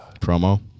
Promo